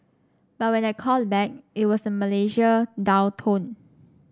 but when I called back it was a Malaysia dial tone